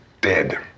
Dead